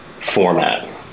format